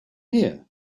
here